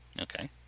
Okay